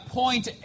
point